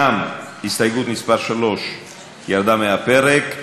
גם הסתייגות מס' 3 ירדה מהפרק.